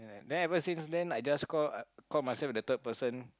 then ever since then I just call I call myself the third person